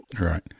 right